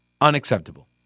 Unacceptable